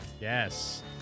Yes